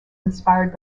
inspired